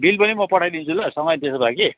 bill पनि म पठाइदिन्छु ल सँगै त्यसोभए के